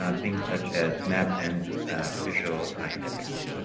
ah things such as maps and visual interfaces.